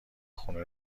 خونه